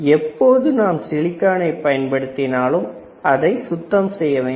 எப்போது நாம் சிலிக்கனை பயன்படுத்தினாலும் அதை சுத்தம் செய்ய வேண்டும்